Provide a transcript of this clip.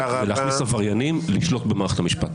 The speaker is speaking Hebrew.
ולהכניס עבריינים לשלוט במערכת המשפט.